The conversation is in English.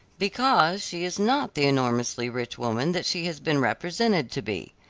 because she is not the enormously rich woman that she has been represented to be.